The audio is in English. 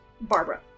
Barbara